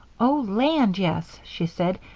oh, land, yes, she said,